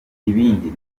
ibindi